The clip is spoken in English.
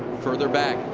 further back,